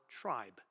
tribe